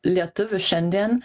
lietuvių šiandien